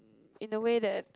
in the way that